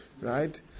right